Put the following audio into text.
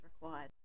required